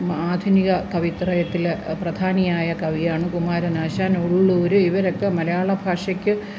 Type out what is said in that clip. ആധുനിക കവിത്രയത്തില് പ്രധാനിയായ കവിയാണ് കുമാരനാശാൻ ഉള്ളൂര് ഇവരൊക്കെ മലയാളഭാഷയ്ക്ക്